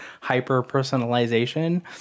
hyper-personalization